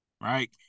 Right